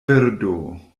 birdo